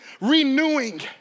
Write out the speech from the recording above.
renewing